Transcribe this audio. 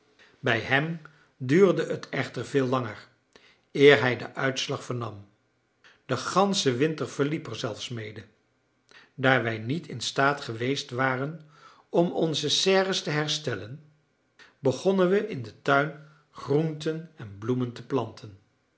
bij hem duurde het echter veel langer eer hij den uitslag vernam de gansche winter verliep er zelfs mede daar wij niet in staat geweest waren om onze serres te herstellen begonnen we in den tuin groenten en bloemen te planten